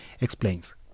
explains